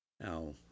Now